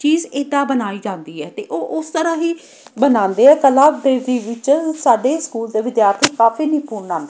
ਚੀਜ਼ ਇੱਦਾਂ ਬਣਾਈ ਜਾਂਦੀ ਹੈ ਅਤੇ ਉਹ ਉਸ ਤਰ੍ਹਾਂ ਹੀ ਬਣਾਉਂਦੇ ਆ ਕਲਾ ਦੇ ਵੀ ਵਿੱਚ ਸਾਡੇ ਸਕੂਲ ਦੇ ਵਿਦਿਆਰਥੀ ਕਾਫੀ ਨਿਪੁੰਨ ਹਨ